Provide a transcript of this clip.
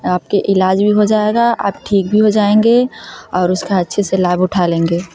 आपके इलाज़ भी हो जाएगा आप ठीक भी हो जाएँगे और उसक अच्छे से लाभ उठा लेंगे